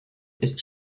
ist